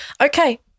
Okay